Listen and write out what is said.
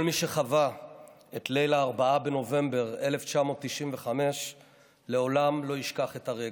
כל מי שחווה את ליל 4 בנובמבר 1995 לעולם לא ישכח את הרגע.